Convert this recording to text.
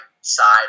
side